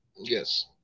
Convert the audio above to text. Yes